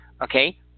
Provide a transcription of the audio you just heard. Okay